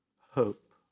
hope